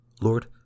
Lord